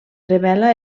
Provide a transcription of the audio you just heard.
revela